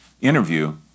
interview